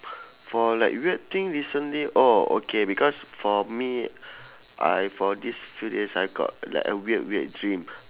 for like weird thing recently oh okay because for me I for these few days I got like a weird weird dream